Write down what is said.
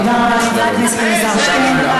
תודה רבה, חבר הכנסת אלעזר שטרן.